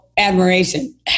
Admiration